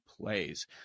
plays